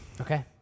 Okay